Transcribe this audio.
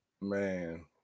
Man